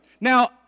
Now